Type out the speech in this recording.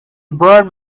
bird